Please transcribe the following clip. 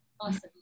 Awesome